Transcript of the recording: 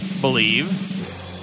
believe